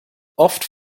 oft